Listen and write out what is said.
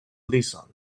leeson